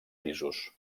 pisos